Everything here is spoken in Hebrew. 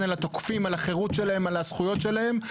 על התוקפים על החירות שלהם ועל הזכויות שלהם,